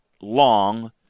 long